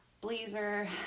blazer